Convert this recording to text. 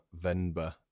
Venba